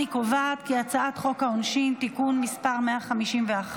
אני קובעת כי הצעת חוק העונשין (תיקון מס' 151)